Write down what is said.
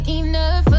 enough